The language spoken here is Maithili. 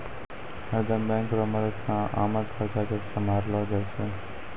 हरदम बैंक रो मदद से आमद खर्चा के सम्हारलो जाय छै